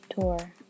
tour